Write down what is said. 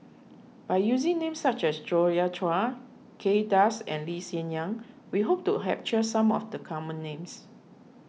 by using names such as Joi Chua Kay Das and Lee Hsien Yang we hope to some of the common names